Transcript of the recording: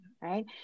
right